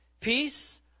peace